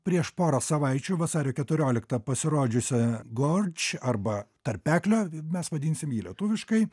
prieš porą savaičių vasario keturioliktą pasirodžiusią gordž arba tarpeklio mes vadinsim jį lietuviškai